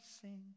sing